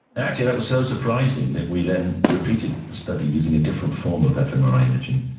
actually that was so surprising that we then repeated the study using a different form of fmri imaging,